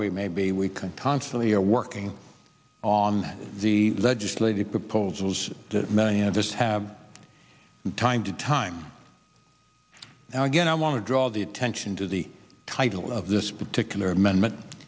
we maybe we can constantly are working on the legislative proposals that many of us have time to time now again i want to draw all the attention to the title of this particular amendment